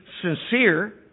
sincere